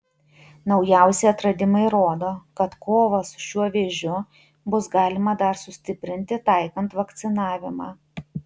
naujausi atradimai rodo kad kovą su šiuo vėžiu bus galima dar sustiprinti taikant vakcinavimą